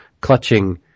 clutching